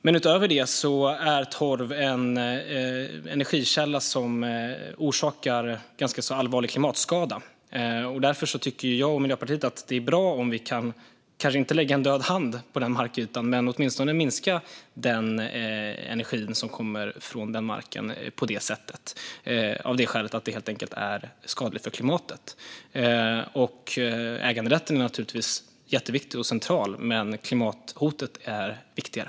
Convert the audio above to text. Men utöver det är torv en energikälla som orsakar ganska allvarlig klimatskada. Vi kanske inte ska lägga en död hand över den markytan, men jag och Miljöpartiet tycker att det är bra om vi åtminstone kan minska den energi som kommer från den marken på det sättet av det skälet att det är skadligt för klimatet. Äganderätten är naturligtvis jätteviktig och central, men klimathotet är viktigare.